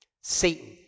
Satan